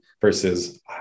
versus